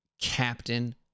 Captain